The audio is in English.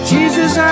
Jesus